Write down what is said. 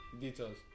Details